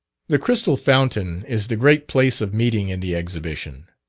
the crystal fountain is the great place of meeting in the exhibition.